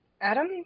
Adam